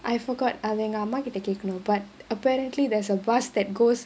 I forgot அது என் அம்மா கிட்ட கேட்கணும்:athu en amma kitta ketkanum but apparently there's a bus that goes